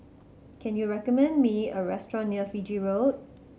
can you recommend me a restaurant near Fiji Road